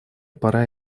пора